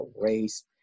race